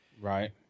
Right